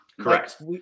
Correct